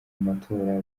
matora